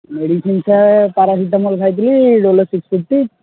medicine sir paracetamol ଖାଇଥିଲି Dolo six fifty